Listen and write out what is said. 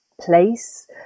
place